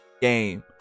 game